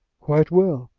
quite well.